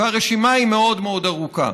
הרשימה היא מאוד מאוד ארוכה.